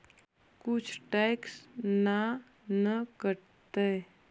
कुछ टैक्स ना न कटतइ?